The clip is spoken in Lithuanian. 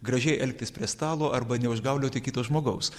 gražiai elgtis prie stalo arba neužgaulioti kito žmogaus